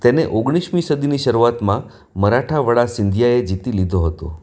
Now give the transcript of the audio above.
તેને ઓગણીસમી સદીની શરૂઆતમાં મરાઠાવાડ સિંધિયાએ જીતી લીધું હતું